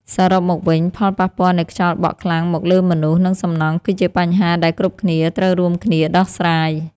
សរុបមកវិញផលប៉ះពាល់នៃខ្យល់បក់ខ្លាំងមកលើមនុស្ស និងសំណង់គឺជាបញ្ហាដែលគ្រប់គ្នាត្រូវរួមគ្នាដោះស្រាយ។